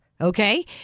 Okay